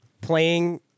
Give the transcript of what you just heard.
playing